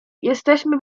jesteśmy